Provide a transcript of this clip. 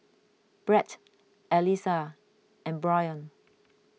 Bret Eliza and Bryon